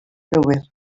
gywir